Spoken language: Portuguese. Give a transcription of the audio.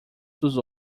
dos